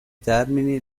termini